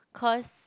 cause